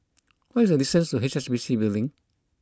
what is the distance to H S B C Building